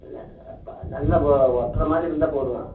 நல்ல இப்போ நல்லா இப்போ ஒட்றமாதிரி இருந்தால் போதுங்க